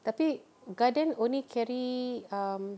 tapi Guardian only carry um